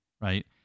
right